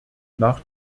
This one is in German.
nach